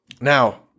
now